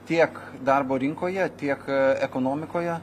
tiek darbo rinkoje tiek ekonomikoje